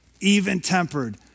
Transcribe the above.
even-tempered